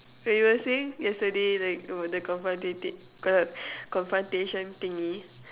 when you were saying yesterday like oh the confrontative confrontation thingy